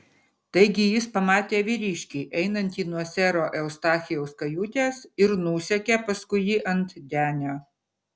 taigi jis pamatė vyriškį einantį nuo sero eustachijaus kajutės ir nusekė paskui jį ant denio